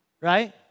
right